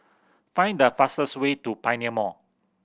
find the fastest way to Pioneer Mall